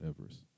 Everest